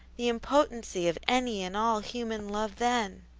the impotency of any and all human love then!